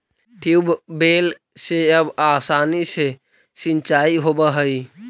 tubewell से अब आसानी से सिंचाई होवऽ हइ